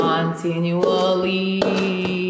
Continually